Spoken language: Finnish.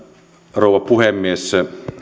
rouva puhemies